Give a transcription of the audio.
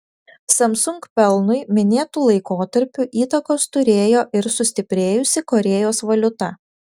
samsung pelnui minėtu laikotarpiu įtakos turėjo ir sustiprėjusi korėjos valiuta